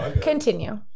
Continue